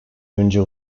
önce